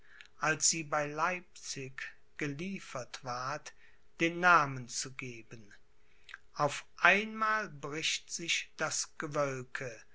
als sie bei leipzig geliefert ward den namen zu geben auf einmal bricht sich das gewölke